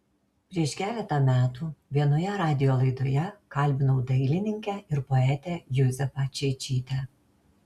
prieš keletą metų vienoje radijo laidoje kalbinau dailininkę ir poetę juzefą čeičytę